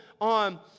on